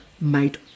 made